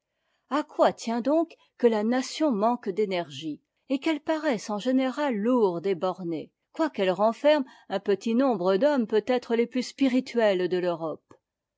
a quoi tient donc que la nation manque d'énergie et qu'elle paraisse en générât lourde et bornée quoiqu'elle renferme un petit nombre d'hommes peut-être les plus spirituels de l'europe